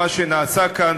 מה שנעשה כאן,